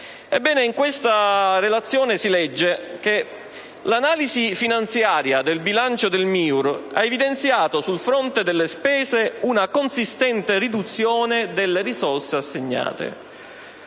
in questa relazione si legge che l'analisi finanziaria del bilancio del MIUR ha evidenziato, sul fronte delle spese, una consistente riduzione delle risorse assegnate.